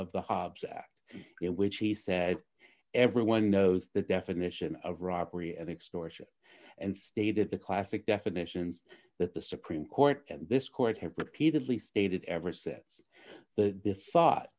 of the hobbs act which he said everyone knows the definition of robbery and extortion and stated the classic definitions that the supreme court and this court have repeatedly stated ever sets the thought